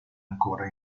ancora